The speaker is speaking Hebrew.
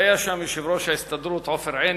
והיה שם יושב-ראש ההסתדרות, עופר עיני.